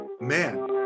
man